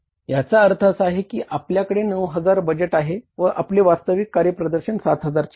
याचा अर्थ असा आहे की आपल्याकडे 9000 बजेट आहे व आपले वास्तविक कार्यप्रदर्शन 7000 चे आहे